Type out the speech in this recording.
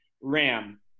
Ram